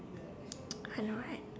I know right